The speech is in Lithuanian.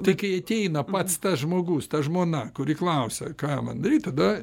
tai kai ateina pats tas žmogus ta žmona kuri klausia ką man daryt tada